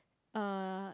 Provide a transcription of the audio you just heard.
uh